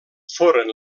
foren